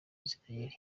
israel